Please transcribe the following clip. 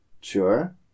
Sure